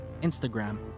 Instagram